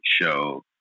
show